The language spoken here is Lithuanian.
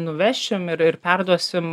nuvešim ir ir perduosim